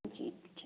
جی